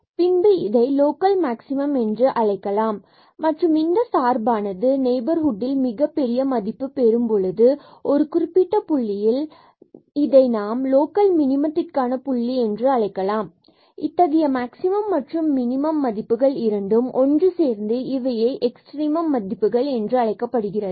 பின்பு இதை local maximum என்று அழைக்கலாம் மற்றும் இந்த சார்பானது நெய்பர்ஹுட்டில் மிகப்பெரிய மதிப்பு பெறும் பொழுது ஒரு குறிப்பிட்ட புள்ளியில் இதை நாம் லோக்கல் மினமத்திற்கான புள்ளி என்று அழைக்கலாம் மற்றும் இத்தகைய மேக்ஸிமம் மற்றும் மினிமம் மதிப்புகள் இரண்டும் ஒன்று சேர்ந்து இவையே எக்ஸ்ட்ரிமம் மதிப்புகள் என்று அழைக்கப்படுகிறது